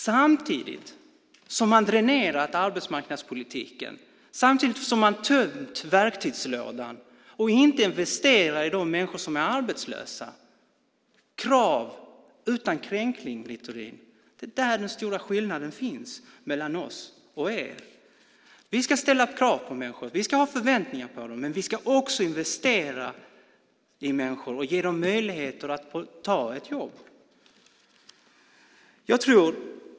Samtidigt har man dränerat arbetsmarknadspolitiken och tömt verktygslådan. Man investerar inte i de människor som är arbetslösa. Krav utan kränkning, Littorin! Det är där den stora skillnaden mellan oss och er finns. Vi ska ställa krav på människor och ha förväntningar på dem. Men vi ska också investera i människor och ge dem möjlighet att ta ett jobb.